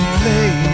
play